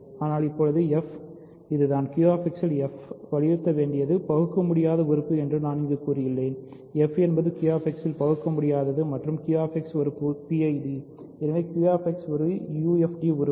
ஆனால் இப்போது f இதுதான் QX இல் f ஐ வலியுறுத்த வேண்டியது பகுக்கமுடியாத உறுப்பு என்று நான் இங்கு கூறியுள்ளேன் f என்பது QX இல் பகுக்கமுடியாதது மற்றும் QX ஒரு PID எனவே QX ஒரு UFD உறுப்பு